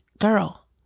girl